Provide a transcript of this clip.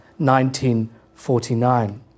1949